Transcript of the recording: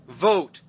Vote